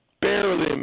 barely